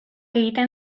egiten